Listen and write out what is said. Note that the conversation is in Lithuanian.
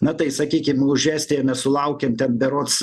na tai sakykim už estiją mes sulaukėm ten berods